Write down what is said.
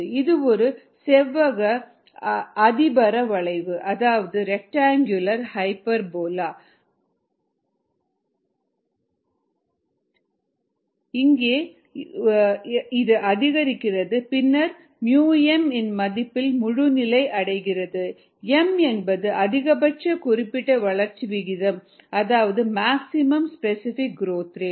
இது ஒரு செவ்வக அதிபரவளைவு அதாவது ரெக்டங்குளர் ஹைபர்போலா டக்கத்தில் இது அதிகரிக்கிறது பின்னர் அது இங்கே µm இன் மதிப்பில் முழுநிலையை அடைகிறது m என்பது அதிகபட்ச குறிப்பிட்ட வளர்ச்சி விகிதம் அதாவது மேக்ஸிமம் ஸ்பெசிஃபைக் குரோத் ரேட்